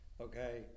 okay